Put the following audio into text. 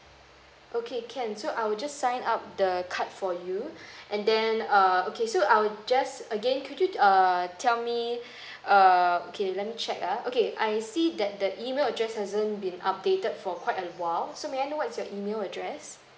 okay can so I'll just sign up the card for you and then err okay so I'll just again could you to err tell me err okay let me check uh okay I see that the email address hasn't been updated for quite awhile so may I know what's your email address